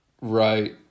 Right